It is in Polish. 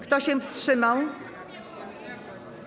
Kto się wstrzymał?